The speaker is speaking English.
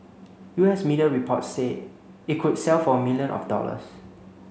U S media reports say it could sell for million of dollars